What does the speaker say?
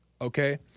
okay